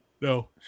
No